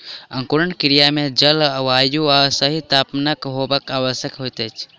अंकुरण क्रिया मे जल, वायु आ सही तापमानक होयब आवश्यक होइत अछि